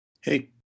Hey